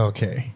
Okay